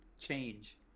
change